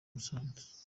musanze